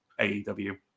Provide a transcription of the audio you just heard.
aew